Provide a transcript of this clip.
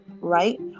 right